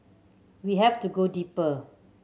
we have to go deeper